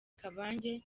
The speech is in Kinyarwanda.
kabange